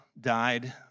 died